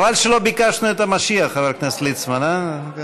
חבל שלא ביקשנו את המשיח, חבר הכנסת ליצמן, הא?